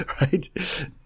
right